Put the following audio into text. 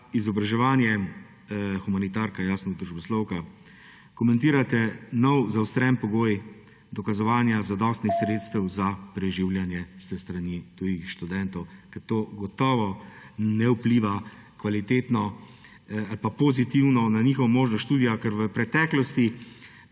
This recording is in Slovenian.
izobraževanje, humanitarka jasno, družboslovka, komentirate nov zaostren pogoj dokazovanja zadostnih sredstev za preživljanje s strani tujih študentov? Ker to gotovo ne vpliva kvalitetno ali pa pozitivno na njihovo možnost študija, ker v preteklosti